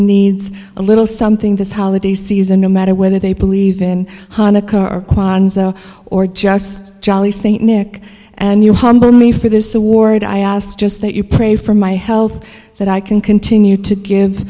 needs a little something this holiday season no matter whether they believe in hanukkah or kwanzaa or just jolly st nick and your humble me for this award i asked just that you pray for my health that i can continue to give